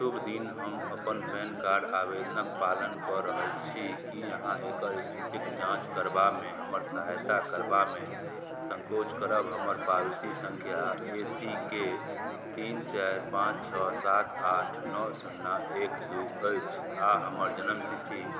शुभ दिन हम अपन पैन कार्डके आवेदनके पालन कऽ रहल छी कि अहाँ एकर इस्थितिके जाँच करबामे हमर सहायता करबामे सँकोच करब हमर पावती सँख्या ए सी के तीन चारि पाँच छओ सात आठ नओ सुन्ना एक दुइ अछि आओर हमर जनमतिथि